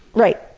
right,